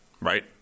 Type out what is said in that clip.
Right